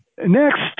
Next